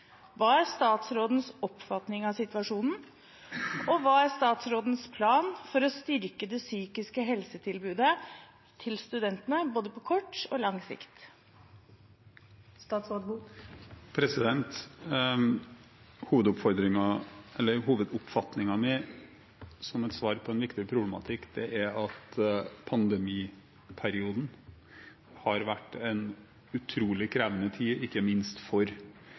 Hva er statsrådens oppfatning av situasjonen, og hva er statsrådens plan for å styrke det psykiske helsetilbudet til studentene på kort og lang sikt?» Hovedoppfatningen min, som et svar på en viktig problematikk, er at pandemiperioden har vært en utrolig krevende tid, ikke minst for